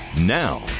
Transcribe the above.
Now